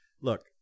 look